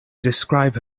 describe